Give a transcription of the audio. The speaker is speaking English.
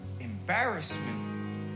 Embarrassment